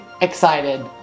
excited